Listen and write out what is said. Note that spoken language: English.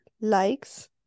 likes